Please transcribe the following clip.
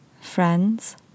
friends